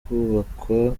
kubakwa